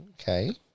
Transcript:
Okay